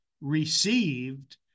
received